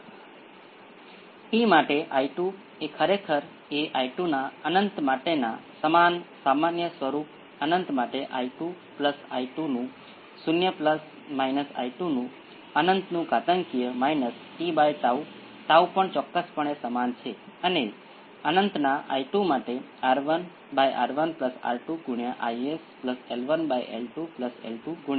હવે હું ફક્ત આ બધી અન્ય વિચિત્ર શક્યતાઓને માત્ર ગુણાત્મક રૂપરેખા આપવા જઇ રહ્યો છું જ્યારે વધુ જટિલ સિસ્ટમોના ફોર્સ રિસ્પોન્સની વાત આવે છે ત્યારે આપણે સામાન્ય રીતે તેમનું મૂલ્યાંકન કરીશું નહીં આપણે તેને એક્સ્પોનેંસિયલ st નો ઉપયોગ કરીને કરી શકીએ અને આગળ તમે જ્યારે લાપ્લાસ ટ્રાન્સફોર્મ વિશે જાણશો ત્યારે તમે જોશો કે કોઈપણ સિગ્નલને એક્સ્પોનેંસિયલ st ના s સાથેના સંકલન માટે કોઈપણ વિવિધ ફ્રિક્વન્સી ઉપર રજૂ કરી શકાય છે જે તમને સમીકરણોને વધુ સામાન્ય રીતે ઉકેલવા દેશે